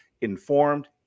informed